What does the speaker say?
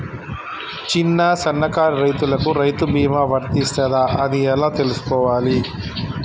చిన్న సన్నకారు రైతులకు రైతు బీమా వర్తిస్తదా అది ఎలా తెలుసుకోవాలి?